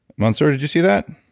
mansoor, did you see that?